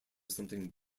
something